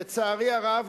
לצערי הרב,